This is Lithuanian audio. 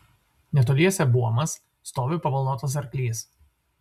netoliese buomas stovi pabalnotas arklys